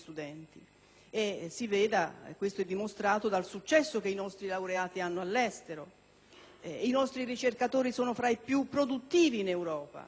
studenti e ciò è dimostrato dal successo che i nostri laureati riscuotono all'estero. I nostri ricercatori sono tra i più produttivi in Europa;